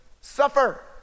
suffer